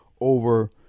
over